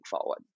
forward